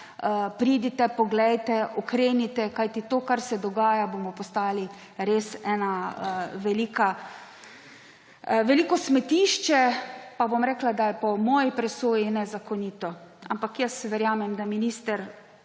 pridite, poglejte, ukrenite. Kajti to, kar se dogaja, bomo postali res eno veliko smetišče, pa bom rekla, da je pa v moji presoji nezakonito. Ampak verjamem, minister